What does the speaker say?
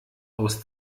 aus